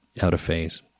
out-of-phase